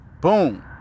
Boom